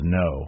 no